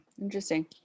Interesting